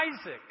Isaac